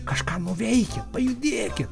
kažką nuveikit pajudėkit